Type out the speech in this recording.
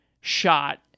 shot